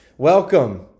Welcome